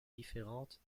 différentes